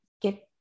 get